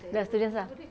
ya students ah